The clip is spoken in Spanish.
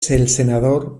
senador